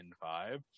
five